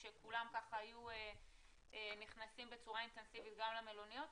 כשכולם היו נכנסים בצורה אינטנסיבית גם למלוניות